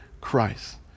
Christ